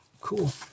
Cool